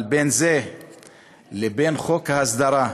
אבל בין זה לבין חוק ההסדרה,